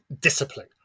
discipline